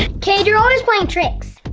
kade, you're always playing tricks.